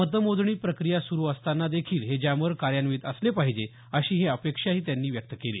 मतमोजणी प्रक्रिया सुरू असताना देखील हे जॅमर कार्यान्वीत असले पाहिजे अशीही अपेक्षाही त्यांनी व्यक्त केली